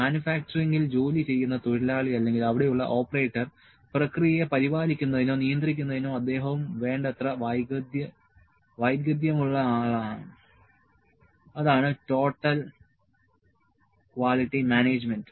മാനുഫാക്ചറിംഗിൽ ജോലി ചെയ്യുന്ന തൊഴിലാളി അല്ലെങ്കിൽ അവിടെയുള്ള ഓപ്പറേറ്റർ പ്രക്രിയയെ പരിപാലിക്കുന്നതിനോ നിയന്ത്രിക്കുന്നതിനോ അദ്ദേഹവും വേണ്ടത്ര വൈദഗ്ധ്യമുള്ളയാളാണ് അതാണ് ടോട്ടൽ ക്വാളിറ്റി മാനേജ്മെന്റ്